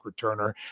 returner